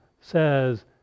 says